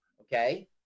Okay